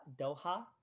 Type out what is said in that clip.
Doha